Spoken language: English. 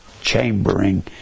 chambering